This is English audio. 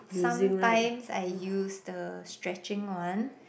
sometimes I use the stretching one